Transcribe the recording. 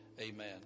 amen